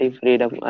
freedom